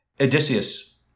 Odysseus